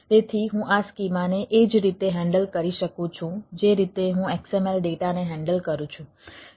તેથી હું આ સ્કીમાને એ જ રીતે હેન્ડલ કરી શકું છું જે રીતે હું XML ડેટાને હેન્ડલ કરું છું ઠીક છે